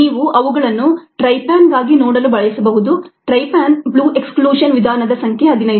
ನೀವು ಅವುಗಳನ್ನು ಟ್ರೈಪ್ಯಾನ್ಗಾಗಿ ನೋಡಲು ಬಯಸಬಹುದು ಟ್ರೈಪ್ಯಾನ್ ಬ್ಲೂಎಕ್ಸ್ಕ್ಲೂಷನ್ ವಿಧಾನದ ಸಂಖ್ಯೆ ಹದಿನೈದು